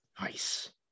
Nice